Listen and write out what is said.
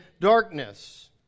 darkness